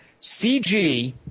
cg